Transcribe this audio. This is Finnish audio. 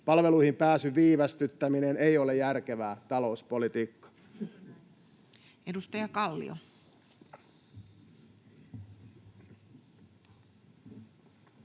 Palveluihin pääsyn viivästyttäminen ei ole järkevää talouspolitiikkaa.